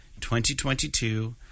2022